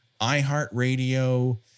iHeartRadio